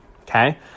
Okay